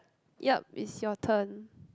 yup is your turn